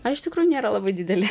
o iš tikrųjų nėra labai dideli